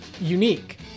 unique